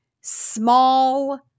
small